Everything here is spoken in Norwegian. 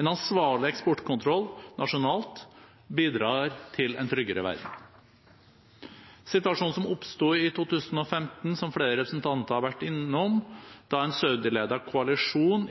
En ansvarlig eksportkontroll nasjonalt bidrar til en tryggere verden. Situasjonen som oppsto i 2015, som flere representanter har vært innom, da en saudiledet koalisjon